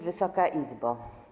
Wysoka Izbo!